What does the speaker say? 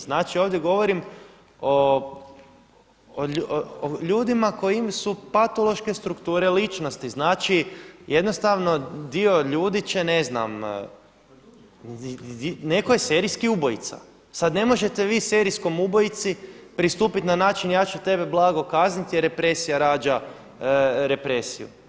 Znači ovdje govorim o ljudima kojima su patološke strukture ličnosti, jednostavno dio ljudi će ne znam, nekoj je serijski ubojica, sada ne možete vi serijskom ubojici pristupiti na način ja ću tebe blago kazniti jer represija rađa represiju.